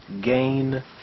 gain